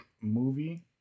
movie